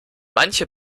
manche